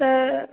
त